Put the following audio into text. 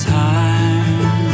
time